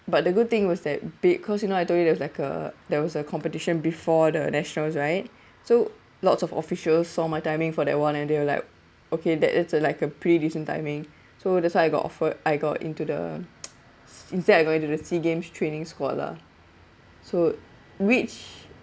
but the good thing was that because you know I told you it was like uh there was a competition before the nationals right so lots of officials saw my timing for that [one] and they were like okay that it's like a pretty decent timing so that's why I got offered I got into the instead I go into the SEA games training squad lah so which